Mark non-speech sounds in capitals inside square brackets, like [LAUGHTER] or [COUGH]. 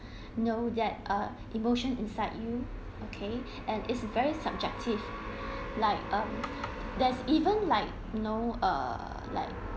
[BREATH] you know that uh [BREATH] emotion inside you okay [BREATH] and it's very subjective [BREATH] like um there's even like know err like